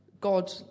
God